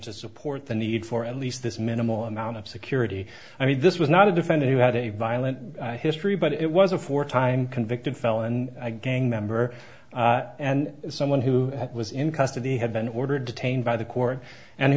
to support the need for at least this minimal amount of security i mean this was not a defendant who had a violent history but it was a four time convicted felon a gang member and someone who was in custody had been ordered detained by the court and he